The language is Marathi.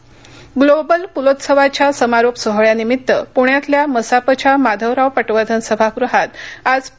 ग्लोबल पुलोत्सवाच्या समारोप सोहळ्यानिमित्त पुण्यातल्या मसापच्या माधवराव पटवर्धन सभागृहात आज पु